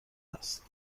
است